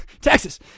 Texas